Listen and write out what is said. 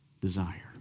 desire